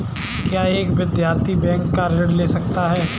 क्या एक विद्यार्थी बैंक से ऋण ले सकता है?